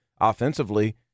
offensively